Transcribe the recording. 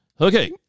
Okay